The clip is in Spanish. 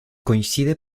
coincide